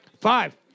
five